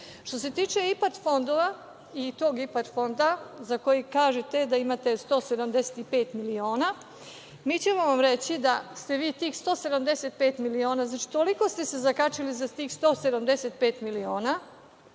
se tiče IPAD fondova, i to IPAD fonda za koji kažete da imate 175 miliona, mi ćemo vam reći da ste vi tih 175 miliona, toliko ste se zakačili za tih 175 miliona,